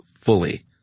fully